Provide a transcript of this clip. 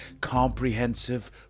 comprehensive